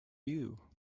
you